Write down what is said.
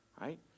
right